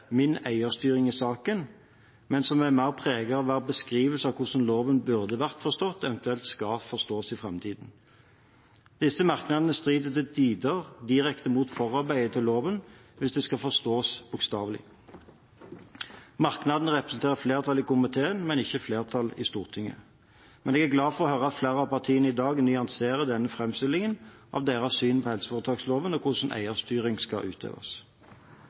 min eierstyring i saken, men som er mer preget av å være en beskrivelse av hvordan loven burde vært forstått, eventuelt skal forstås i framtiden. Disse merknadene strider til tider direkte mot forarbeidet til loven hvis de skal forstås bokstavelig. Merknadene representerer flertallet i komiteen, men ikke flertallet i Stortinget. Jeg er glad for å høre at flere av partiene i dag nyanserer denne framstillingen av sitt syn på helseforetaksloven og hvordan eierstyring skal utøves.